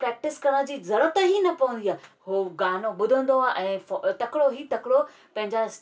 practice करण जी ज़रूरत ई न पवंदी आहे हुअ गानो ॿुधंदो आहे ऐं तकिड़ो ई तकिड़ो पंहिंजा